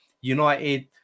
United